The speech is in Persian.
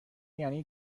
یعنی